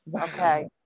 Okay